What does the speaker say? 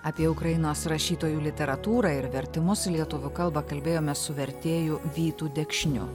apie ukrainos rašytojų literatūrą ir vertimus į lietuvių kalbą kalbėjomės su vertėju vytu dekšniu